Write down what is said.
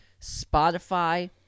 Spotify